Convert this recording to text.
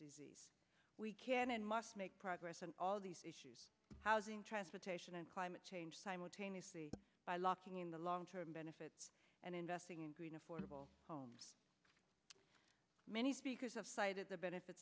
disease we can and must make progress on all of these issues housing transportation and climate change simultaneously by locking in the long term benefits and investing in green affordable homes many speakers have cited the benefits